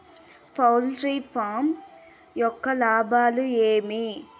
poultry farm యొక్క లాభాలు ఏమి